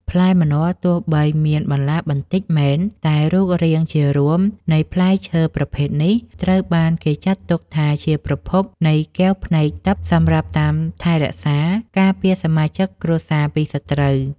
ផ្លែម្នាស់ទោះបីមានបន្លាបន្តិចមែនតែរូបរាងជារួមនៃផ្លែឈើប្រភេទនេះត្រូវបានគេចាត់ទុកថាជាប្រភពនៃកែវភ្នែកទិព្វសម្រាប់តាមថែរក្សាការពារសមាជិកគ្រួសារពីសត្រូវ។